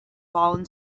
fallen